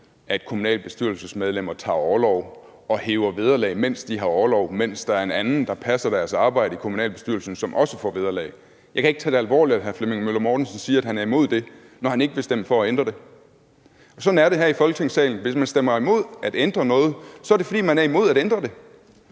at kommunalbestyrelsesmedlemmer tager orlov og hæver vederlag, mens de har orlov, mens der er en anden, der passer deres arbejde i kommunalbestyrelsen, som også får vederlag. Jeg kan ikke tage det alvorligt, at hr. Flemming Møller Mortensen siger, at han er imod det, når han ikke vil stemme for at ændre det. Og sådan er det her i Folketingssalen. Hvis man stemmer imod at ændre noget, er det, fordi man er imod at ændre det.